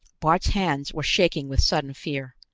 bart's hands were shaking with sudden fear.